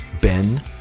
Ben